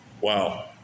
Wow